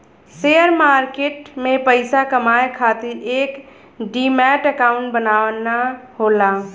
share market में पइसा कमाये खातिर एक डिमैट अकांउट बनाना होला